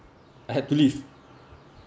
I had to leave